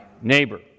neighbor